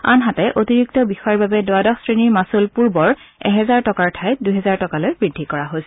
আনহাতে অতিৰিক্ত বিষয়ৰ বাবে দ্বাদশ শ্ৰেণীৰ মাচুল পূৰ্বৰ এহাজাৰ টকাৰ ঠাইত দুহাজাৰ টকালৈ বৃদ্ধি কৰা হৈছে